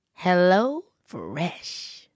HelloFresh